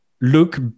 Look